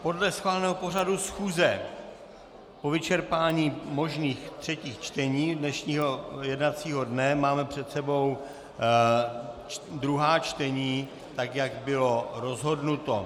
Podle schváleného pořadu schůze po vyčerpání možných třetích čtení dnešního jednacího dne máme před sebou druhá čtení, tak jak bylo rozhodnuto.